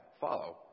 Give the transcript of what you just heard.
follow